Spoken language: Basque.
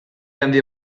handi